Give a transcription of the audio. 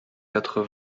quatre